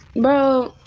Bro